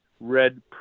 red